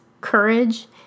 courage